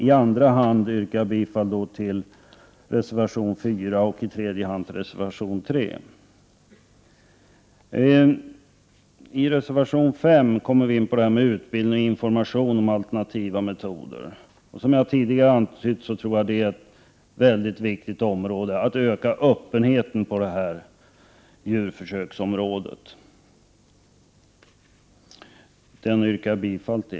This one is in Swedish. I andra hand yrkar jag bifall till reservation 4 och i tredje hand till reservation 3. I reservation 5 behandlas utbildning och information om alternativa metoder. Som jag har tidigare antytt är det mycket viktigt att öka öppenheten på djurförsöksområdet. Jag yrkar bifall till reservation 5.